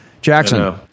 Jackson